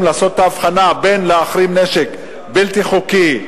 לעשות את ההבחנה בין להחרים נשק בלתי חוקי,